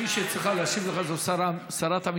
מי שצריכה להשיב לך זו שרת המשפטים.